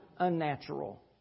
unnatural